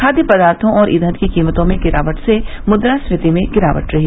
खाद्य पदार्थों और ईंधन की कीमतों में गिरावट से मुद्रास्फीति में गिरावट रही